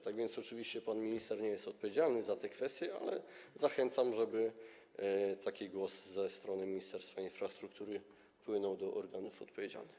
Tak więc oczywiście pan minister nie jest odpowiedzialny za te kwestie, ale zachęcam, żeby taki głos ze strony Ministerstwa Infrastruktury wpłynął do organów odpowiedzialnych.